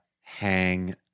hang